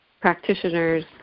practitioners